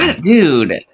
dude